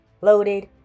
loaded